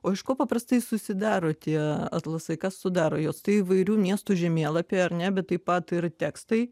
o iš ko paprastai susidaro tie atlasai kas sudaro juos tai įvairių miestų žemėlapiai ar ne bet taip pat ir tekstai